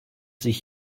sich